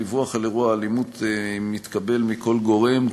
דיווח על אירוע אלימות מתקבל מכל גורם,